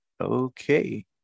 Okay